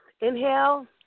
Inhale